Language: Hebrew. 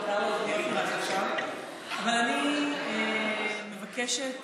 אבל אני מבקשת